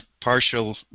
partial